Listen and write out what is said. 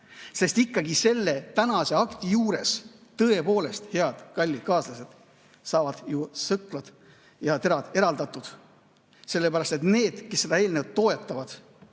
Ikkagi selle tänase akti juures, tõepoolest, head kallid kaaslased, saavad ju sõklad ja terad eraldatud. Need, kes seda eelnõu toetavad,